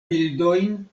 bildojn